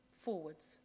forwards